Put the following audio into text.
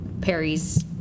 Perry's